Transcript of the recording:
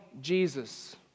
Jesus